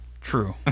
true